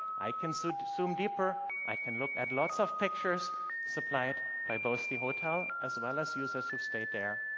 i can so zoom deeper. i can look at lots of pictures supplied by both the hotel as well as users who have stayed there.